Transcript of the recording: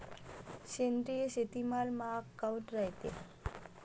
सेंद्रिय शेतीमाल महाग काऊन रायते?